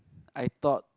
I thought